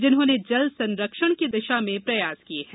जिन्होंने जल संरक्षण की दिशा में प्रयास किया है